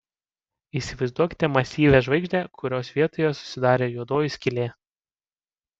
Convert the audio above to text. įsivaizduokite masyvią žvaigždę kurios vietoje susidarė juodoji skylė